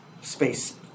space